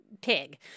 pig